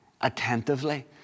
attentively